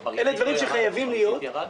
בריבית ירדנו.